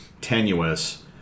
tenuous